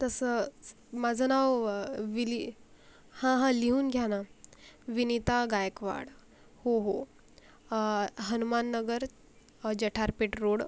तसंच माझं नाव विलि हां हां लिहून घ्या ना विनिता गायकवाड हो हो हनुमाननगर जठार पेठ रोड